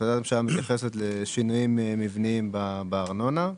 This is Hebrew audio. החלטת הממשלה מתייחסת לשינויים מבניים בארנונה,